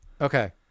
Okay